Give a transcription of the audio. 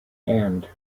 end